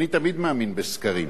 ממתי אתה מאמין בסקרים?